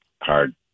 hard